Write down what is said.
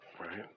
right